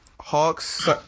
Hawks